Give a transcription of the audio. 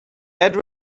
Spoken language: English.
add